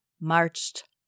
marched